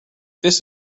this